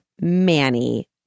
Manny